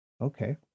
Okay